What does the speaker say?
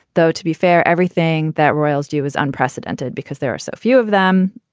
though, to be fair. everything that royals do is unprecedented because there are so few of them.